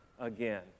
again